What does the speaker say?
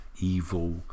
evil